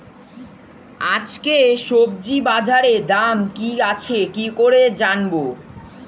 আজকে সবজি বাজারে দাম কি আছে কি করে জানবো?